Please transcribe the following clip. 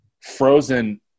frozen